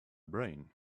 brain